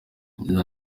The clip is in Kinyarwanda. yagize